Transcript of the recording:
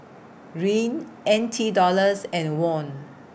Riel N T Dollars and Won